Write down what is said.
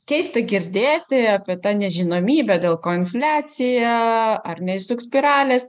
keista girdėti apie tą nežinomybę dėl ko infliacija ar neišsuks spiralės